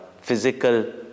physical